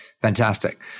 Fantastic